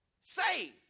saved